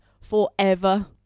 forever